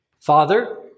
Father